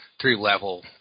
three-level